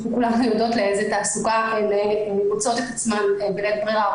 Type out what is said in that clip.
כולנו יודעים באיזו תעסוקה הן עוסקות בלית ברירה.